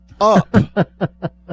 up